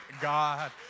God